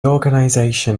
organization